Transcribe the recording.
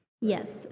Yes